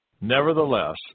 Nevertheless